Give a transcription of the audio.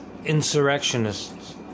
Insurrectionists